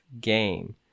game